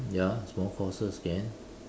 ya small courses can